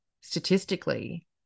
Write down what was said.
statistically